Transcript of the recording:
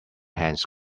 hands